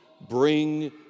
bring